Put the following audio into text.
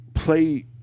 Play